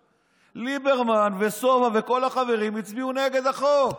ליברמן וסובה וכל החברים הצביעו נגד החוק.